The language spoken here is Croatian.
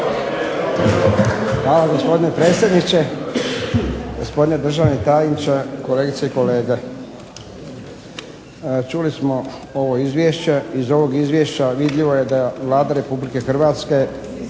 Hvala, gospodine predsjedniče. Gospodine državni tajniče, kolegice i kolege. Čuli smo ovo izvješće. Iz ovog izvješća vidljivo je da je Vlada Republike Hrvatske